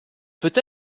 peut